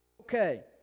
okay